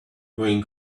going